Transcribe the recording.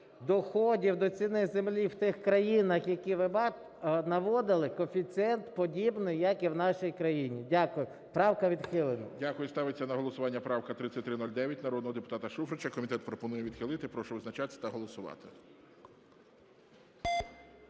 доходів до ціни землі в тих країнах, які наводили, коефіцієнт подібний, як і в нашій країні. Дякую. Правка відхилена. ГОЛОВУЮЧИЙ. Дякую. Ставиться на голосування правка 3309 народного депутата Шуфрича. Комітет пропонує відхилити. Прошу визначатися та голосувати.